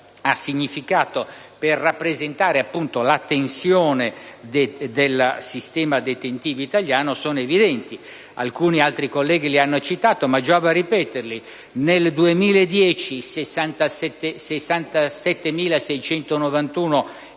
significato per rappresentare - appunto - la tensione del sistema detentivo italiano sono evidenti; alcuni colleghi li hanno già citati, ma giova ripeterli: nel 2010 vi